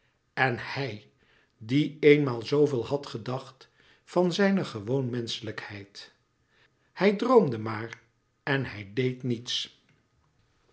en hij die eenmaal zooveel had gedacht van zijne gewoon menschelijkheid hij droomde maar en hij deed niets